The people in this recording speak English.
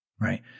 right